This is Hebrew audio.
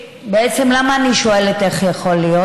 בעצם, למה אני שואלת איך יכול להיות?